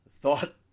thought